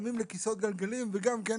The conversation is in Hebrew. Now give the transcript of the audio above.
מותאמים לכיסאות גלגלים, וגם זה אולי.